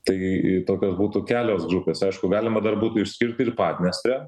tai tokios būtų kelios grupės aišku galima dar būtų išskirti ir padniestrę